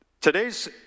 today's